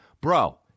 Bro